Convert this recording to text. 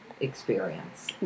experience